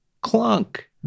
Clunk